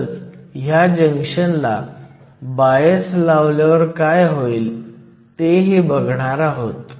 तसंच ह्या जंक्शनला बायस लावल्यावर काय होईल तेही बघणार आहोत